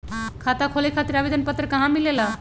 खाता खोले खातीर आवेदन पत्र कहा मिलेला?